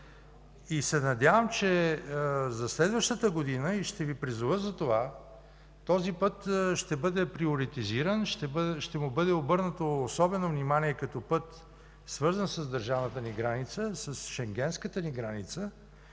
Надявам се, че за следващата година – ще Ви призова за това, този път ще бъде приоритизиран, ще му бъде обърнато особено внимание като път свързан с държавната ни граница, с Шенгенската ни граница